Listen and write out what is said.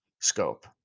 scope